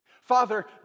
Father